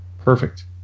Perfect